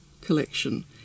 collection